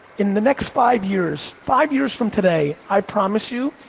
in the next five years, five years from today, i promise you,